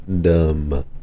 dumb